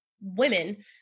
women